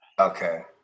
Okay